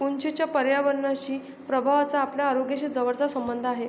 उंचीच्या पर्यावरणीय प्रभावाचा आपल्या आरोग्याशी जवळचा संबंध आहे